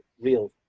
real